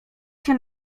się